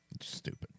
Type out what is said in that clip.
Stupid